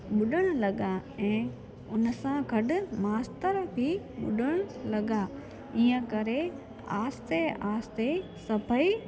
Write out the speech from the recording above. बुॾण लॻा ऐं हुन सां गॾु मास्तर बि बुॾण लॻा इअं करे आहिस्ते आहिस्ते सभेई